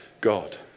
God